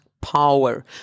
power